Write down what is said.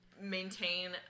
maintain